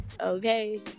okay